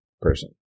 person